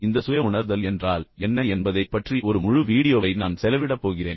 இந்த சுய உணர்தல் என்றால் என்ன என்பதைப் பற்றி ஒரு முழு வீடியோவையும் நான் செலவிடப் போகிறேன்